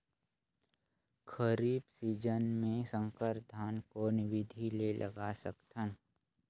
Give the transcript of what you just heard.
खरीफ season मे संकर धान कोन विधि ले लगा सकथन?